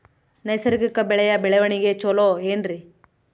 ನೈಸರ್ಗಿಕ ಬೆಳೆಯ ಬೆಳವಣಿಗೆ ಚೊಲೊ ಏನ್ರಿ?